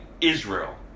Israel